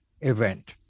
event